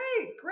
Great